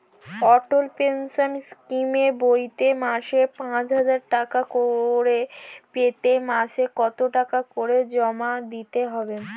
অটল pension স্কিমের বইতে মাসে পাঁচ হাজার টাকা করে পেতে মাসে কত টাকা করে জমা দিতে হবে?